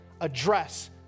address